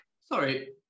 sorry